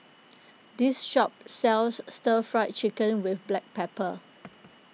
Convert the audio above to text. this shop sells Stir Fried Chicken with Black Pepper